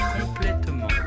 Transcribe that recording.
complètement